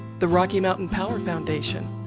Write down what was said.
the rocky mountain power foundation,